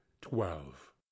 twelve